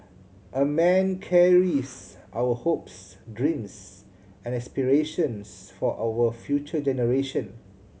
a man carries our hopes dreams and aspirations for our future generation